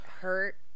hurt